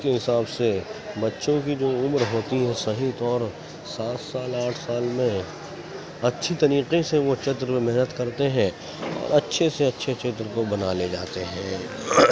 اس کے حساب سے بچوں کی جو عمر ہوتی ہے صحیح طور سات سال آٹھ سال میں اچھی طریقے سے وہ چتر میں محنت کرتے ہیں اور اچھے سے اچھے چتر کو بنا لے جاتے ہیں